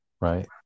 right